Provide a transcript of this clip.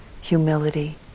humility